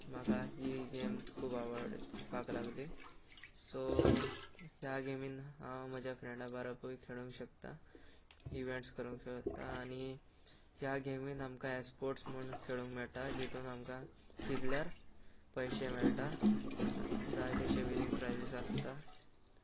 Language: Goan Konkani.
म्हाका ही गेम खूब आवडपाक लागली सो ह्या गेमीन हांव म्हज्या फ्रेंडा बाराबर खेळूंक शकता इवेंट्स करूंक शकता आनी ह्या गेमीन आमकां ए स्पोर्ट्स म्हूण खेळूंक मेळटा जातूंत आमकां जिकल्यार पयशे मेळटा जाय तशें विनींग प्रायसीस आसता